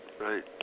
Right